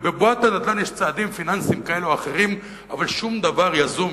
ובבועת הנדל"ן יש צעדים פיננסיים כאלה או אחרים אבל שום דבר יזום.